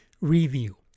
Review